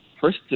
first